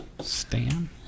Stan